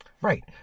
Right